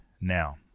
now